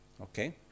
Okay